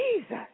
Jesus